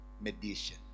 mediation